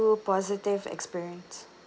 positive experience